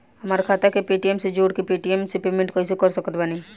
हमार खाता के पेटीएम से जोड़ के पेटीएम से पेमेंट कइसे कर सकत बानी?